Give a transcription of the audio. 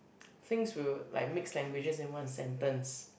things will like mix languages in one sentence